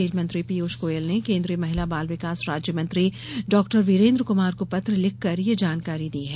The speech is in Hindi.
रेल मंत्री पीयूष गोयल ने केंद्रीय महिला बाल विकास राज्य मंत्री डाक्टर वीरेन्द्र कुमार को पत्र लिखकर ये जानकारी दी है